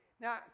Now